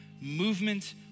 movement